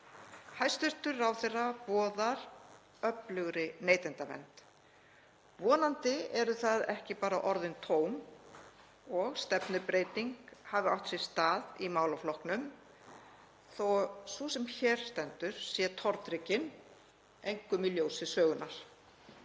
Hæstv. ráðherra boðar öflugri neytendavernd. Vonandi eru það ekki bara orðin tóm og stefnubreyting hefur átt sér stað í málaflokknum þótt sú sem hér stendur sé tortryggin, einkum í ljósi sögunnar.